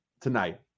tonight